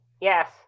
Yes